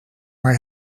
maar